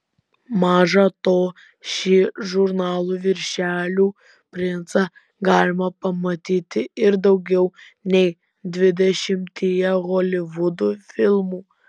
maža to šį žurnalų viršelių princą galima pamatyti ir daugiau nei dvidešimtyje holivudo filmų